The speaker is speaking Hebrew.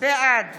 בעד